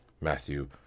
Matthew